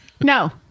no